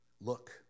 Look